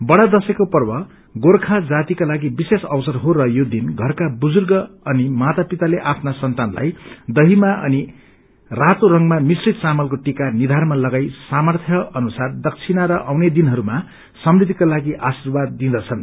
बड़ा दशैको पर्व गोर्खा जातिका लागि विशेष अवसर हो र यो दिन षरका वुर्जुग अनि मातापिताले आफ्ना सन्तानलाई दङीमा अनि रातो रंगमा मिश्रित चामलको टिका निथारमा लगाई सामर्थ अनुसार दक्षिणा र आउने दिनहरूमा समृद्धिका लागि आर्शीवाद दिंदछन्